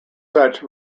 such